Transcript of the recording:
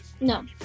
No